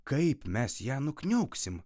kaip mes ją nukniauksim